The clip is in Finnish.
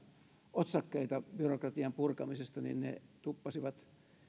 otsakkeita byrokratian purkamisesta niin ne tuppasivat